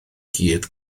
gyd